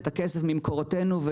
את הכסף ממקורותינו,